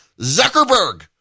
Zuckerberg